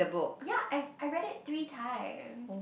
ya I I read it three time